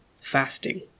fasting